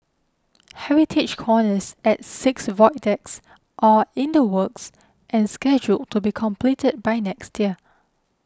heritage corners at six void decks are in the works and scheduled to be completed by next year